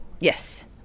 Yes